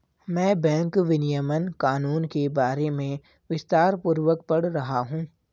मैं बैंक विनियमन कानून के बारे में विस्तारपूर्वक पढ़ रहा हूं